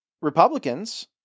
Republicans